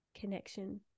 connection